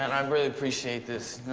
and um really appreciate this,